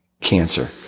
cancer